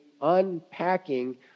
unpacking